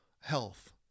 health